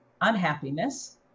unhappiness